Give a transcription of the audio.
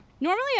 Normally